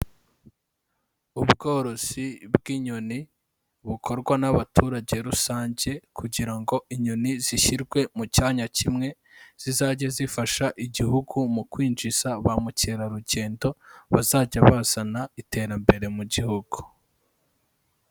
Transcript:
Ubworozi bw'inyoni, bukorwa n'abaturage rusange, kugira ngo inyoni zishyirwe mu cyanya kimwe, zizajye zifasha igihugu mu kwinjiza bamukerarugendo, bazajya bazana iterambere mu gihugu.